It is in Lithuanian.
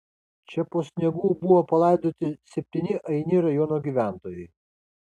čia po sniegu buvo palaidoti septyni aini rajono gyventojai